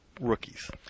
rookies